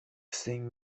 saint